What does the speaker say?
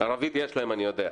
ערבית יש להם, אני יודע.